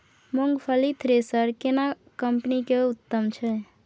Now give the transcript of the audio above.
मूंगफली थ्रेसर केना कम्पनी के उत्तम छै?